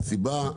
והסיבה,